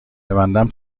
ببندم